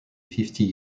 fifty